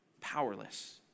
Powerless